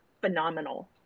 phenomenal